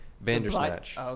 Bandersnatch